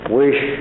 wish